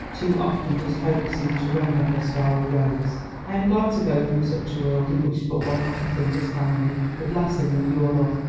too often does hope seem to rend her starry robes i am glad to go from such a world, in which but one happy thing has found me the blessing of your love.